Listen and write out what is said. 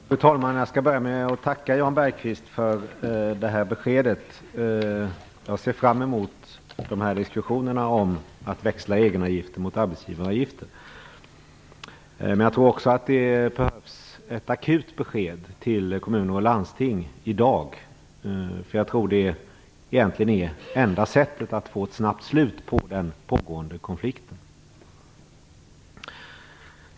Fru talman! Jag skall börja med att tacka Jan Bergqvist för beskedet här. Jag ser fram emot diskussionerna om att växla egenavgifter mot arbetsgivaravgifter. Jag tror också att det behövs ett akut besked till kommuner och landsting i dag. Jag tror att det egentligen är det enda sättet att få ett snabbt slut på den pågående konflikten.